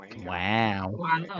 Wow